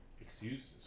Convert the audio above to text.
Excuses